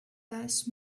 last